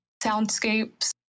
soundscapes